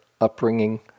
upbringing